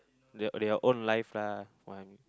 their their own life lah one